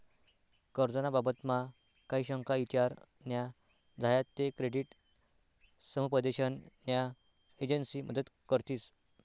कर्ज ना बाबतमा काही शंका ईचार न्या झायात ते क्रेडिट समुपदेशन न्या एजंसी मदत करतीस